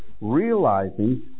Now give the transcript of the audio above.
realizing